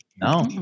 No